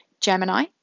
Gemini